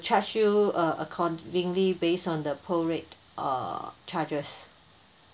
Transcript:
charge you uh accordingly based on the prorate uh charges